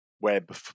web